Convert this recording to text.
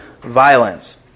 violence